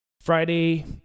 friday